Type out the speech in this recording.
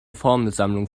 formelsammlung